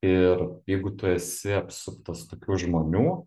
ir jeigu tu esi apsuptas tokių žmonių